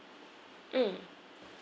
mm